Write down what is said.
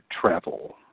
travel